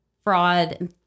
fraud